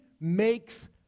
makes